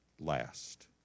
last